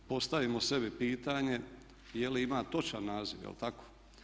Postavimo sebi pitanje je li ima točan naziv je li tako?